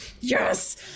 Yes